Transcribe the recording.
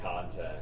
content